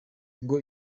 ngo